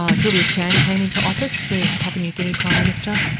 um julius chan came into office, the papua new guinea prime minister,